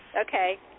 Okay